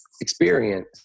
experience